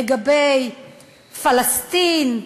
לגבי פלסטין,